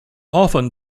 often